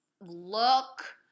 look